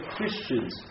Christians